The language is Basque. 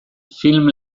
film